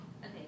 Okay